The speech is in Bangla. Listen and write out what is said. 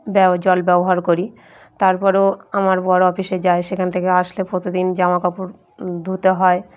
ব্য জল ব্যবহার করি তারপরও আমার বড় অফিসে যায় সেখান থেকে আসলে প্রতিদিন জামাকাপড় ধুতে হয়